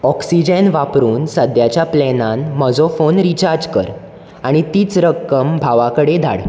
oxygen वापरून सद्याच्या प्लॅनान म्हजो फोन रिचार्ज कर आनी तीच रक्कम भावा कडेन धाड